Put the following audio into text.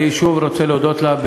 אני שוב רוצה להודות לה,